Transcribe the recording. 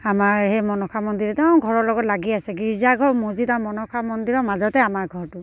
আমাৰ সেই মনসা মন্দিৰ একদম ঘৰৰ লগত লাগি আছে গীৰ্জাঘৰ মচজিদ আৰু মনসা মন্দিৰৰ মাজতে আমাৰ ঘৰটো